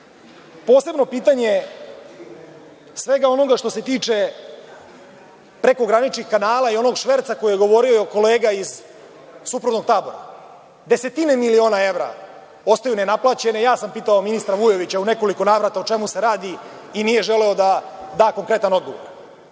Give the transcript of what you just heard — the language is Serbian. posebno pitanje svega onoga što se tiče prekograničnih kanala i onog šverca, o kojem je govorio kolega iz suprotnog tabora. Desetine miliona evra ostaju nenaplaćene. Ja sam pitao ministra Vujovića u nekoliko navrata o čemu se radi i nije želeo da da konkretan odgovor.